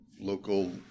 local